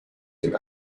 dem